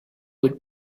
would